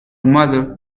mother